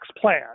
plan